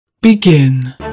Begin